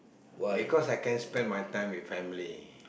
because I can spend my time with family